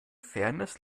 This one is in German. fairness